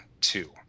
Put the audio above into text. two